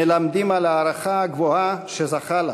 מלמדים על ההערכה הגבוהה שזכה לה,